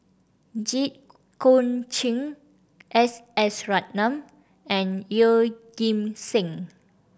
Jit Koon Ch'ng S S Ratnam and Yeoh Ghim Seng